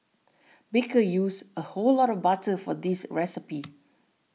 baker used a whole block of butter for this recipe